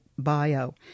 bio